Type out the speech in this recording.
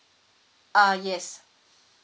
uh yes